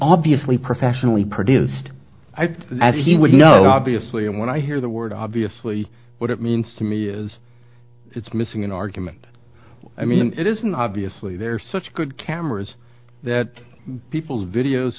obviously professionally produced i think as he would know obviously and when i hear the word obviously what it means to me is it's missing an argument i mean it isn't obviously there's such good cameras that people's videos